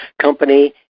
company